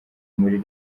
muri